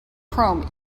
chrome